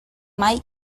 mike